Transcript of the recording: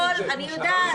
אמרנו